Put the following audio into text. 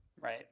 Right